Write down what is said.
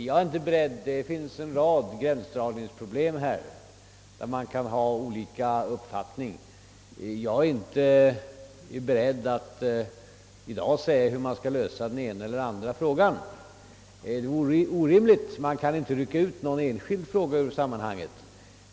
Det finns härvidlag en rad gränsdragningsproblem, beträffande vilka man kan ha olika uppfattning, och jag är inte i dag beredd att ange hur någon viss fråga kan lösas. Detta vore orimligt, eftersom man inte kan rycka ut någon enskild fråga ur sammanhanget.